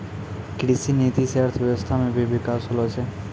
कृषि नीति से अर्थव्यबस्था मे भी बिकास होलो छै